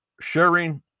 sharing